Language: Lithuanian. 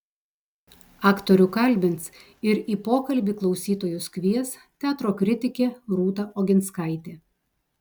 aktorių kalbins ir į pokalbį klausytojus kvies teatro kritikė rūta oginskaitė